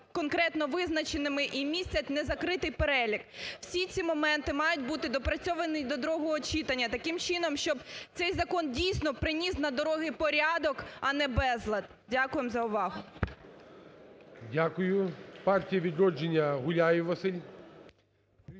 конкретно визначеними і містять не закритий перелік. Всі ці моменти мають бути доопрацьовані до другого читання таким чином, щоб цей закон дійсно приніс на дороги порядок, а не безлад. Дякуємо за увагу. ГОЛОВУЮЧИЙ. Дякую. "Партія "Відродження" Гуляєв Василь.